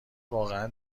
واقعا